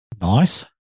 Nice